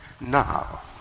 Now